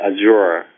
Azure